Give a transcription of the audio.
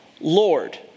Lord